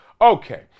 okay